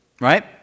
Right